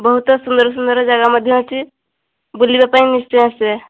ବହୁତ ସୁନ୍ଦର ସୁନ୍ଦର ଯାଗା ମଧ୍ୟ ଅଛି ବୁଲିବା ପାଇଁ ନିଶ୍ଚୟ ଆସିବେ